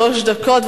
שלוש דקות,